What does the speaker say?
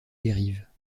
dérives